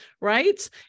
right